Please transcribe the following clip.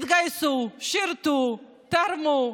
הם התגייסו, שירתו, תרמו,